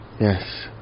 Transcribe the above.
yes